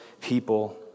people